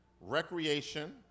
recreation